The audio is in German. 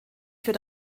für